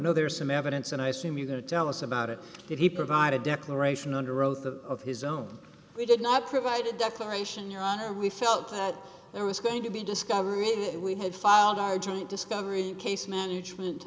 know there is some evidence and i assume you're going to tell us about it did he provide a declaration under oath of his own we did not provide a declaration your honor we felt that there was going to be discovery and we had filed our joint discovery case management